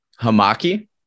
Hamaki